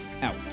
out